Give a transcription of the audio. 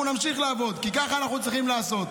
אנחנו נמשיך לעבוד, כי כך אנחנו צריכים לעשות.